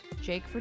Jake